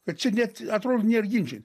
kad čia net atrodo nėr ginčo